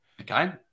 okay